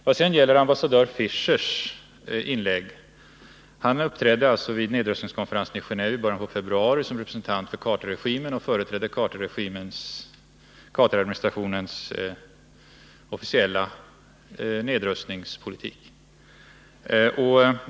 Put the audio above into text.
Beträffande ambassadör Fishers inlägg vill jag säga följande. Han uppträdde vid nedrustningskonferensen i Genétve i början av februari som representant för Carterregimen och företrädde Carteradministrationens officiella nedrustningspolitik.